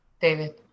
David